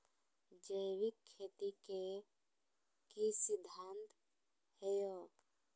जैविक खेती के की सिद्धांत हैय?